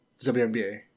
WNBA